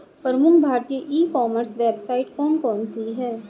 प्रमुख भारतीय e commerce website कौन कौन सी हैं?